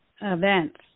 events